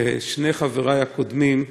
כשני חברי הקודמים,